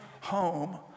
home